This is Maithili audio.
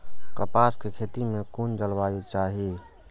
कपास के खेती में कुन जलवायु चाही?